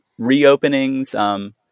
reopenings